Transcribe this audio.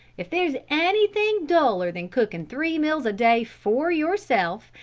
if there's anything duller than cookin' three meals a day for yourself,